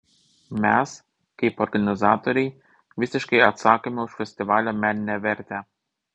mes kaip organizatoriai visiškai atsakome už festivalio meninę vertę